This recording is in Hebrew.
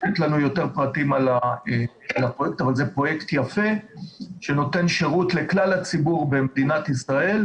זה פרויקט יפה שנותן שירות לכלל הציבור במדינת ישראל,